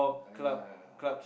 !aiya!